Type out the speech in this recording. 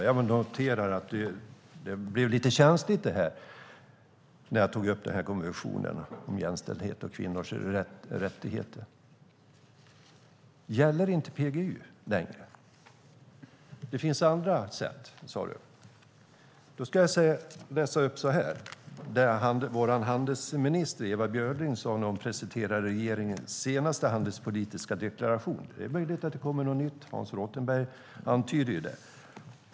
Jag noterar att det blev lite känsligt när jag tog upp konventionen om jämställdhet och kvinnors rättigheter. Gäller inte PGU längre? Det finns andra sätt, sade Hans Rothenberg. Då ska jag läsa upp vad vår handelsminister Ewa Björling sade när hon presenterade regeringens senaste handelspolitiska deklaration. Det är möjligt att det kommer något nytt. Hans Rothenberg antyder det.